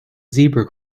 zebra